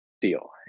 deal